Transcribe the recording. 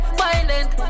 violent